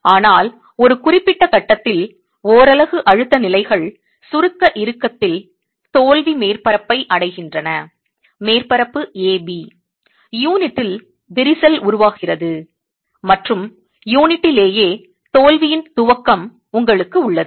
ஆனால் ஒரு குறிப்பிட்ட கட்டத்தில் ஓரலகு அழுத்த நிலைகள் சுருக்க இறுக்கத்தில் தோல்வி மேற்பரப்பை அடைகின்றன மேற்பரப்பு A B யூனிட்டில் விரிசல் உருவாகிறது மற்றும் யூனிட்டிலேயே தோல்வியின் துவக்கம் உங்களுக்கு உள்ளது